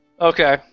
Okay